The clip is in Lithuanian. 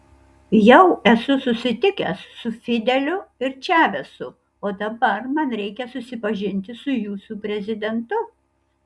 jau esu susitikęs su fideliu ir čavesu o dabar man reikia susipažinti su jūsų prezidentu